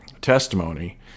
testimony